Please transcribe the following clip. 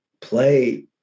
play